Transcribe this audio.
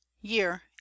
Year